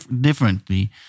differently